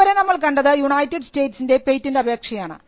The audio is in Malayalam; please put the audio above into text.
ഇതുവരെ നമ്മൾ കണ്ടത് യുണൈറ്റഡ് സ്റ്റേറ്റ്സിൻറെ പേറ്റന്റ് അപേക്ഷയാണ്